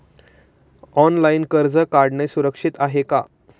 Online कर्ज काढणे सुरक्षित असते का?